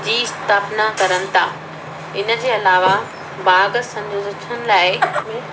जी स्थापना करनि था इन जे अलावा बाघ संरक्षण लाइ